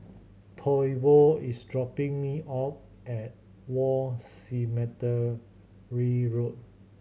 Toivo is dropping me off at War Cemetery Road